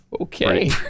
Okay